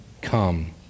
come